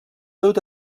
dut